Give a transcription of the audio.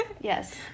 Yes